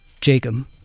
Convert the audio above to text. Jacob